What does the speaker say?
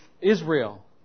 Israel